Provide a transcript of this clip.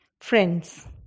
friends